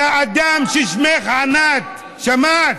יה אדם ששמך ענת, שמעת?